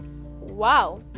Wow